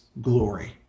glory